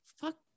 fuck